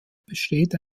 besteht